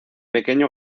pequeño